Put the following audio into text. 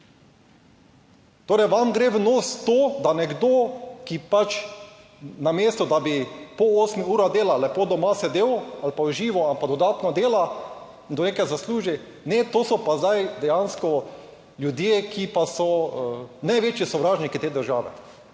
Torej vam gre v nos to, da nekdo, ki namesto da bi po 8 urah dela lepo doma sedel ali pa užival, pa dodatno dela, nekaj zasluži. Ne, to so pa zdaj dejansko ljudje, ki so največji sovražniki te države,